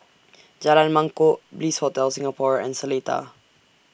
Jalan Mangkok Bliss Hotel Singapore and Seletar